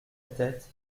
tête